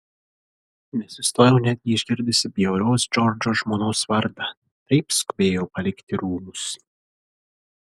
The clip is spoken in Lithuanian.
nesustojau netgi išgirdusi bjaurios džordžo žmonos vardą taip skubėjau palikti rūmus